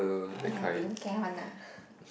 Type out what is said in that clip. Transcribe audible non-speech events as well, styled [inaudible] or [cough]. !aiya! they don't care one lah [breath]